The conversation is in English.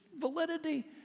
validity